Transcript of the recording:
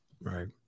Right